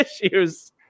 issues